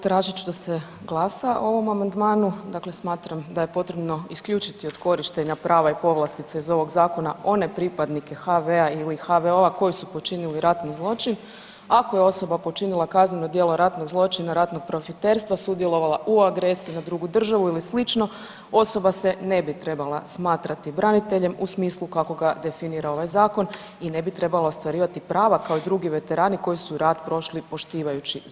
Tražit ću da se glasa o ovom amandmanu, dakle smatram da je potrebno isključiti od korištenja prava i povlastica iz ovog Zakona one pripadnike HV-a ili HVO-a koji su počinili ratni zločin, ako je osoba počinila kazneno djelo ratnog zločina, ratnog profiterstva, sudjelovala u agresiji na drugu državu ili slično, osoba se ne bi trebala smatrati braniteljem u smislu kako ga definira ovaj Zakon i ne bi trebala ostvarivati prava kao i drugi veterani koji su rat prošli poštivajući Zakon.